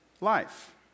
life